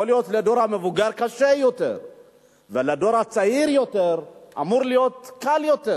יכול להיות שלדור המבוגר קשה יותר ולדור הצעיר יותר אמור להיות קל יותר,